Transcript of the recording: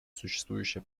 существующее